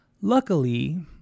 Luckily